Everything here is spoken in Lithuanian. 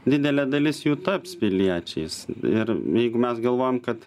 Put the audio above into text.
didelė dalis jų taps piliečiais ir jeigu mes galvojam kad